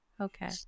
okay